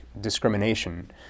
discrimination